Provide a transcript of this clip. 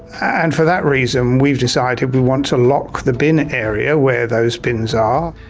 and for that reason we've decided we want to lock the bin area where those bins are.